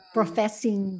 Professing